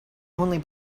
only